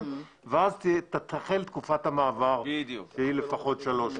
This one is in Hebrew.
ואז תחל תקופת המעבר שהיא לפחות שלוש שנים.